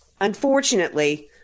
Unfortunately